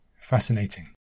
fascinating